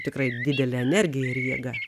tikrai didele energija ir jėga